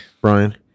Brian